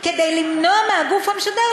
כי גם מה שאת אומרת,